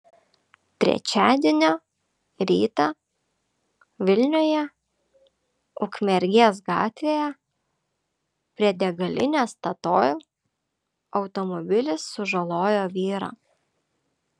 trečiadienio rytą vilniuje ukmergės gatvėje prie degalinės statoil automobilis sužalojo vyrą